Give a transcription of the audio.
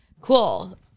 cool